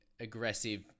aggressive